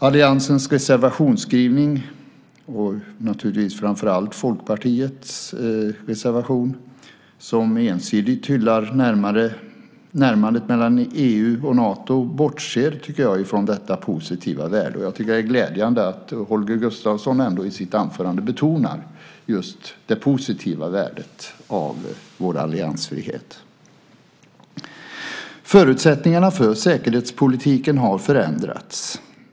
Allianens reservationsskrivning, framför allt Folkpartiets reservation som ensidigt hyllar närmandet mellan EU och Nato, bortser från detta positiva värde. Det är glädjande att Holger Gustafsson ändå i sitt anförande betonar just det positiva värdet av vår alliansfrihet. Förutsättningarna för säkerhetspolitiken har förändrats.